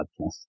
podcast